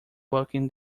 bucking